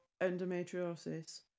endometriosis